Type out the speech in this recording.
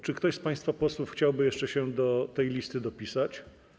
Czy ktoś z państwa posłów chciałby się jeszcze do tej listy dopisać?